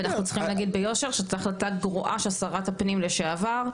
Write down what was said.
ואנחנו צריכים להגיד ביושר שזו החלטה גרועה של שרת הפנים לשעבר,